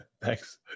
Thanks